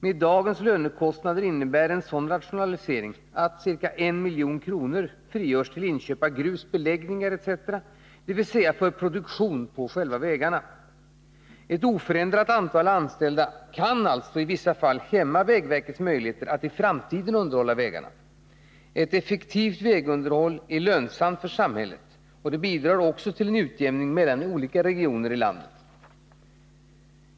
Med dagens lönekostnader innebär en sådan rationalisering att ca 1 milj.kr. frigörs till inköp av grus, beläggningar etc., dvs. för produktion på själva vägarna. Ett oförändrat antal anställda kan alltså i vissa fall hämma vägverkets möjligheter att i framtiden underhålla vägarna. Ett effektivt vägunderhåll är lönsamt för samhället, och det bidrar också till en utjämning mellan olika regioner i landet.